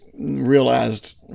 realized